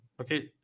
okay